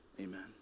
Amen